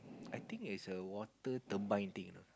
I think is a water turbine thing you know